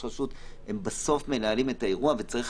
רשות בסוף הם מנהלים את האירוע וצריך